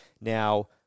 Now